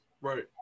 Right